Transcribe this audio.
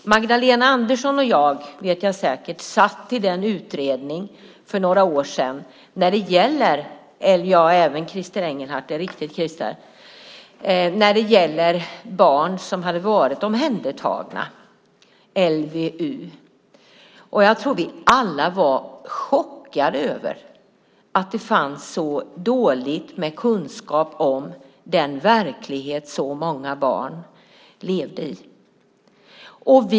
Magdalena Andersson och jag, vet jag säkert, satt i den utredning för några år sedan - det gäller även Christer Engelhardt; det är riktigt, Christer - som arbetade med barn som hade varit omhändertagna enligt LVU. Jag tror att vi alla var chockade över att det fanns så dålig kunskap om den verklighet som väldigt många barn levde i.